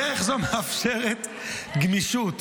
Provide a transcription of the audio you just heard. דרך זו מאפשרת גמישות